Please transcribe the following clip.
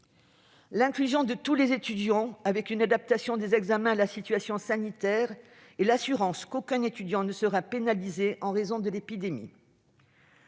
l'inclusion de tous les étudiants, avec une adaptation des examens à la situation sanitaire et l'assurance qu'aucun étudiant ne sera pénalisé en raison de l'épidémie.